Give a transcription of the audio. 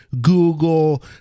Google